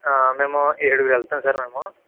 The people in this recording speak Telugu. మేము ఏడుగురెళ్తాం సార్ మేము